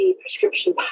prescription